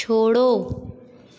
छोड़ो